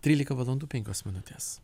trylika valandų penkios minutės